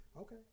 okay